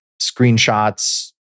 screenshots